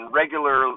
regular